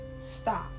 stop